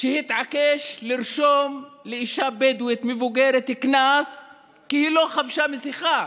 שהתעקש לרשום קנס לאישה בדואית מבוגרת כי היא לא חבשה מסכה.